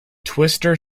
twister